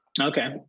Okay